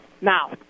Now